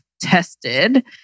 tested